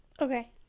Okay